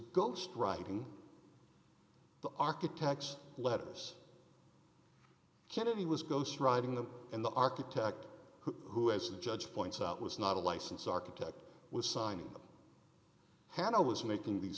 ghostwriting the architects letters kennedy was ghost writing them in the architect who as the judge points out was not a licensed architect was signing had i was making these